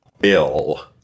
Bill